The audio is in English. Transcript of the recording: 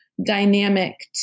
dynamic